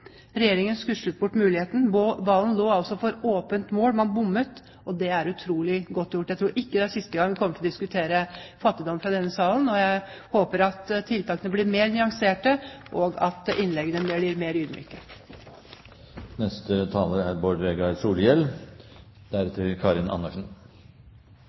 Regjeringen skuslet bort muligheten. Ballen lå altså for åpent mål, og man bommet. Det er utrolig godt gjort! Jeg tror ikke det er siste gang vi kommer til å diskutere fattigdom i denne salen, men jeg håper at tiltakene blir mer nyanserte, og at innleggene blir litt mer ydmyke. Det er